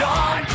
on